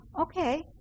okay